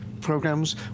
programs